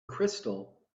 crystal